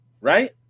right